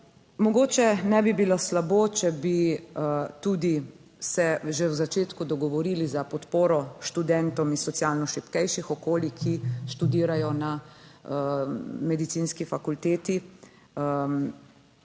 Mogoče ne bi bilo slabo, če bi tudi se že v začetku dogovorili za podporo študentom iz socialno šibkejših okolij, ki študirajo na medicinski fakulteti.